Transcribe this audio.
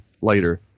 later